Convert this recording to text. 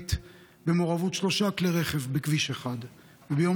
קטלנית במעורבות שלושה כלי רכב בכביש 1. ביום